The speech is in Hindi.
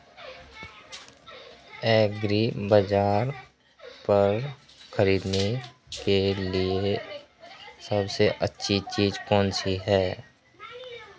एग्रीबाज़ार पर खरीदने के लिए सबसे अच्छी चीज़ कौनसी है?